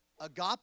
agape